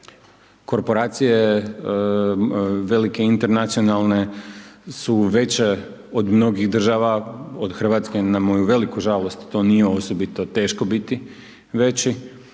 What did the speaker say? Korporacije velike internacionalne su veće od mnogih država od Hrvatske na moju veliku žalost, to nije osobito teško biti, veći,